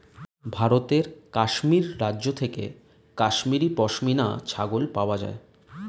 ভারতের কাশ্মীর রাজ্য থেকে কাশ্মীরি পশমিনা ছাগল পাওয়া যায়